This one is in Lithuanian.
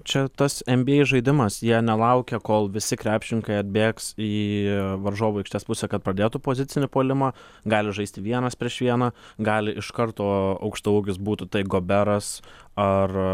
čia tas nba žaidimas jie nelaukia kol visi krepšininkai atbėgs į varžovų aikštės pusę kad pradėtų pozicinį puolimą gali žaisti vienas prieš vieną gali iš karto aukštaūgis būtų tai goberas ar